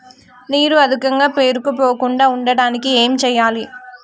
నీరు అధికంగా పేరుకుపోకుండా ఉండటానికి ఏం చేయాలి?